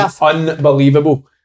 unbelievable